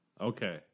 Okay